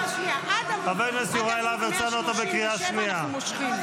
חבר הכנסת יוראי להב הרצנו, אתה בקריאה שנייה.